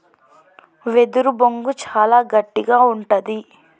వెదురు బొంగు చాలా గట్టిగా ఉంటది